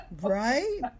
Right